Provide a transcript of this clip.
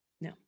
no